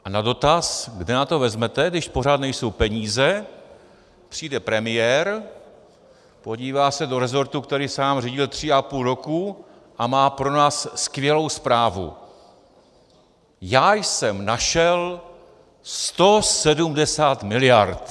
A na dotaz, kde na to vezmete, když pořád nejsou peníze, přijde premiér, podívá se do resortu, který sám řídil tři a půl roku, a má pro nás skvělou zprávu: Já jsem našel 170 miliard.